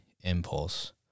impulse